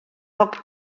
poc